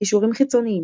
קישורים חיצוניים